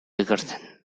ekartzen